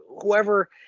whoever –